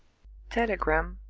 telegram,